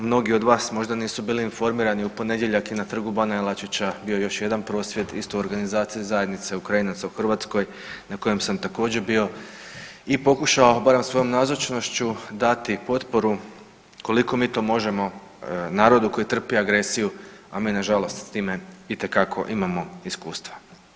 Mnogi od vas možda nisu bili informirani u ponedjeljak je na Trgu bana Jelačića bio još jedan prosvjed isto u organizaciji Zajednice Ukrajinaca u Hrvatskoj na kojem sam također bio i pokušao svojom nazočnošću dati potporu koliko mi to možemo narodu koji trpi agresiju, a mi nažalost s time itekako imamo iskustva.